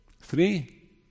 Three